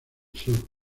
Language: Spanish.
sur